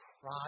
cry